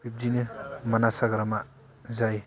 बिब्दिनो मानास हाग्रामा जाय